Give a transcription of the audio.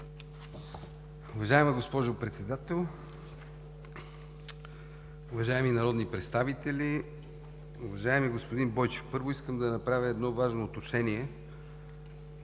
Уважаема госпожо Председател, уважаеми народни представители! Уважаеми господин Бойчев, първо, искам да направя едно важно уточнение.